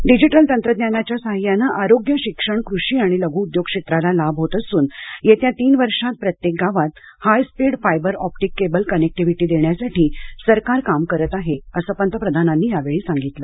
digital तंत्रज्ञानाच्या सहाय्यानं आरोग्य शिक्षण कृषी आणि लघु उद्योग क्षेत्राला लाभ होत असून येत्या तीन वर्षात प्रत्येक गावात high speed fibre optic cable connectivity देण्यासाठी सरकार काम करत आहे असं पंतप्रधानांनी यावेळी सांगितलं